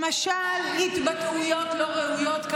למשל התבטאויות לא ראויות,